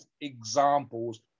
examples